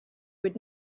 would